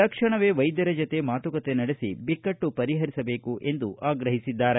ತಕ್ಷಣವೇ ವೈದ್ಯರ ಜತೆ ಮಾತುಕತೆ ನಡೆಸಿ ಬಿಕ್ಕಟ್ಟು ಪರಿಹರಿಸಬೇಕು ಎಂದು ಆಗ್ರಹಿಸಿದ್ದಾರೆ